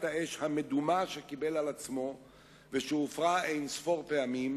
האש המדומה שקיבל על עצמו ושהופרה אין-ספור פעמים,